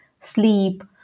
sleep